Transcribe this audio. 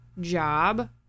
job